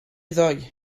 ddoe